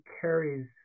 carries